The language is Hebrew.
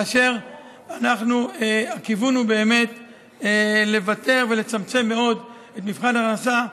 כאשר הכיוון הוא באמת לוותר ולצמצם מאוד את מבחן ההכנסה,